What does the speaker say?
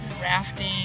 rafting